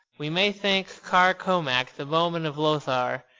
we may thank kar komak, the bowman of lothar.